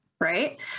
right